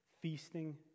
feasting